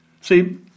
See